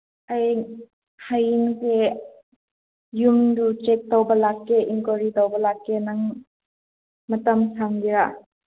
ꯑꯩ ꯍꯌꯦꯡꯁꯦ ꯌꯨꯝꯗꯨ ꯆꯦꯛ ꯇꯧꯕ ꯂꯥꯛꯀꯦ ꯏꯟꯀꯣꯔꯤ ꯇꯧꯕ ꯂꯥꯛꯀꯦ ꯅꯪ ꯃꯇꯝ ꯁꯪꯒꯦꯔꯥ